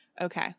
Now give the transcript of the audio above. Okay